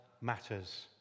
matters